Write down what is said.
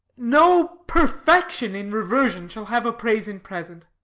no perfection in reversion shall have a praise in present.